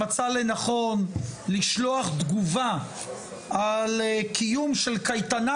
שמצא לנכון לשלוח תגובה על קיום של קייטנה